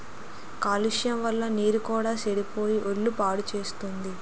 కాలుష్యం వల్ల నీరు కూడా సెడిపోయి ఒళ్ళు పాడుసేత్తుంది